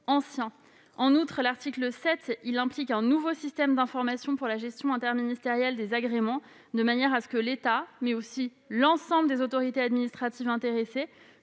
ancien. En outre, l'article 7 implique un nouveau système d'information pour la gestion interministérielle des agréments, afin que l'État et l'ensemble des autorités administratives intéressées